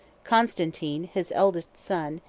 constantine, his eldest son,